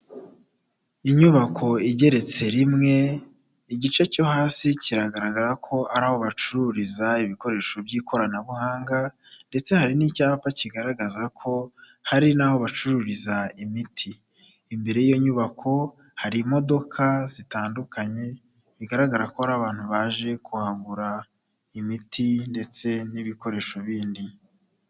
Inyubako igeretse rimwe, igice cyo hasi kiragaragara ko ari aho bacururiza ibikoresho by'ikoranabuhanga ndetse hari n'icyapa kigaragaza ko hari n'aho bacururiza imiti, imbere y'iyo nyubako hari imodoka zitandukanye bigaragara ko ari abantu baje kuhagura imiti ndetse n'ibikoresho bindi.